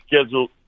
scheduled